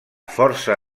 força